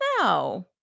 No